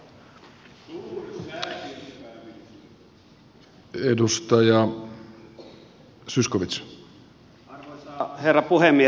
arvoisa herra puhemies